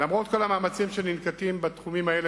למרות כל המאמצים שננקטים בתחומים האלה,